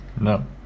No